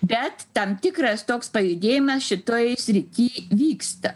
bet tam tikras toks pajudėjimas šitoj srity vyksta